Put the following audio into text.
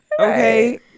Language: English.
Okay